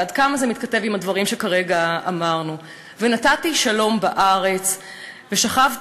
ועד כמה זה מתכתב עם הדברים שכרגע אמרנו: "ונתתי שלום בארץ ושכבתם